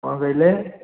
କ'ଣ କହିଲେ